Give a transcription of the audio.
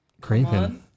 Creeping